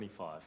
25